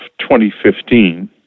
2015